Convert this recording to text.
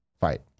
fight